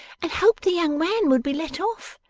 and hoped the young man would be let off.